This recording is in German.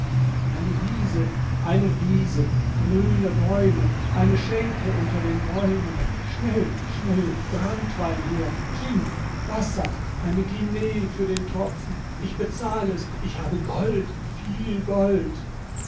eine wiese eine wiese grüne bäume eine schenke unter den bäumen schnell schnell branntwein her gin wasser eine guinee für den tropfen ich bezahl es ich habe gold viel gold